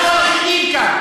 אנחנו אנשים כאן,